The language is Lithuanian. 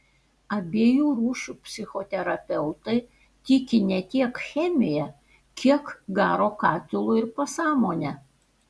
abiejų rūšių psichoterapeutai tiki ne tiek chemija kiek garo katilu ir pasąmone